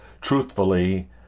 truthfully